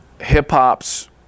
hip-hop's